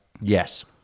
yes